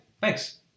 Thanks